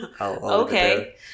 Okay